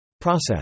process